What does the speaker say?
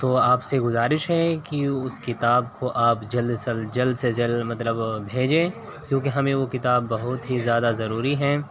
تو آپ سے گزارش ہے کہ اس کتاب کو آپ جلد جلد سے جلد مطلب بھیجیں کیونکہ ہمیں وہ کتاب بہت ہی زیادہ ضروری ہے